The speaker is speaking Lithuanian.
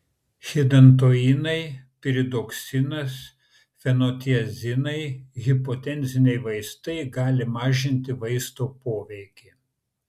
hidantoinai piridoksinas fenotiazinai hipotenziniai vaistai gali mažinti vaisto poveikį